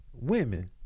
women